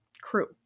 crew